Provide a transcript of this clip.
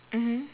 mmhmm